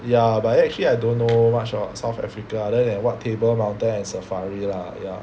ya but then I actually I don't know much about South Africa other than what table mountain and safari lah ya